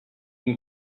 can